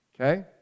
okay